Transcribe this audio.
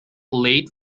late